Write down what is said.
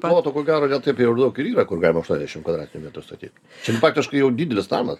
ploto ko gero ne taip jau daug ir yra kur gaima aštuoniasdešim kvadratinių metrų statyt šis faktiškai jau didelis namas